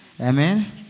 Amen